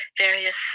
various